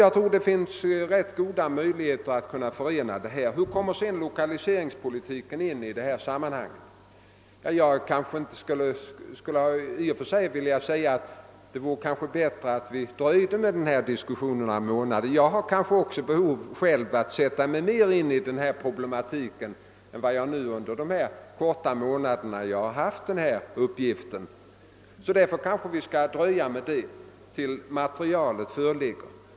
Jag tror också att det är goda utsikter att förena de målsättningar som ställts. Hur kommer då lokaliseringspolitiken in i sammanhanget? Ja, det kanske vore bättre om vi dröjde med hela den diskussionen någon månad. Jag har ett behov av att sätta mig in i problematiken litet bättre än jag kunnat göra under den korta tid som jag har haft hand om dessa frågor, och vi kanske därför kunde dröja med diskussionen till dess utredningsmaterialet föreligger.